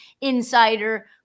Insider